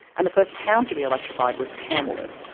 and the first town to be electrified was tamworth.